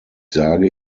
sage